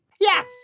Yes